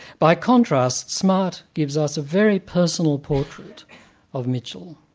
by contrast, smart gives us a very personal portrait of mitchell.